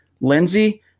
Lindsey